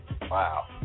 Wow